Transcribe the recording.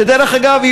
שדרך אגב,